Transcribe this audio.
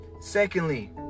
secondly